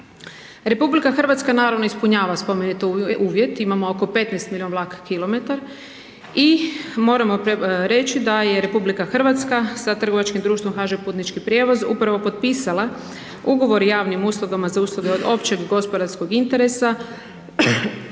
svoj izbor. RH naravno ispunjava spomenuti uvjet, imamo oko 15 milion vlak kilometar i moramo reći da je RH sa trgovačkim društvom HŽ Putnički prijevoz upravo potpisala ugovor o javnim uslugama za usluge od općeg gospodarskog interesa